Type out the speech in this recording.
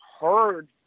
heard